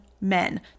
men